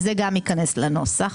זה גם ייכנס לנוסח.